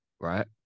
right